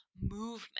movement